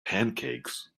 pancakes